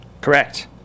Correct